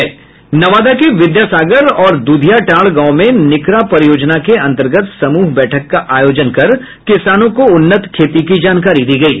नवादा के विद्यासागर और दुधियाटांड गांव में निकरा परियोजना के अंतर्गत समूह बैठक का आयोजन कर किसानों को उन्नत खेती की जानकारी दी गयी